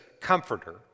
comforter